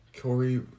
Corey